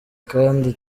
kandi